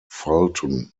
fulton